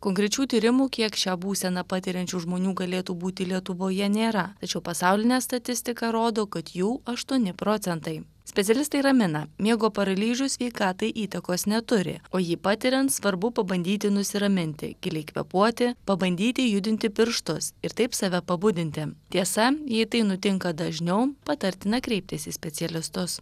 konkrečių tyrimų kiek šią būseną patiriančių žmonių galėtų būti lietuvoje nėra tačiau pasaulinė statistika rodo kad jų aštuoni procentai specialistai ramina miego paralyžius sveikatai įtakos neturi o jį patiriant svarbu pabandyti nusiraminti giliai kvėpuoti pabandyti judinti pirštus ir taip save pabudinti tiesa jei tai nutinka dažniau patartina kreiptis į specialistus